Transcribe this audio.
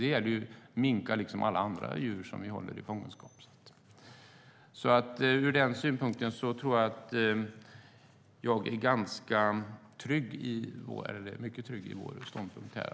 Det gäller minkar liksom alla andra djur som vi håller i fångenskap. Ur den synpunkten är jag mycket trygg i vår ståndpunkt.